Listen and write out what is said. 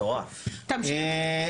תמשיך.